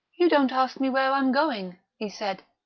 you don't ask me where i'm going, he said,